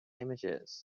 images